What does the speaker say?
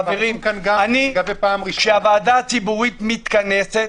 חברים, כשהוועדה הציבורית מתכנסת,